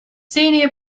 senior